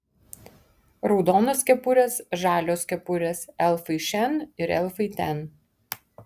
raudonos kepurės žalios kepurės elfai šen ir elfai ten